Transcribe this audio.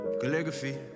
Calligraphy